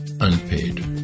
unpaid